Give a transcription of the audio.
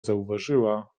zauważyła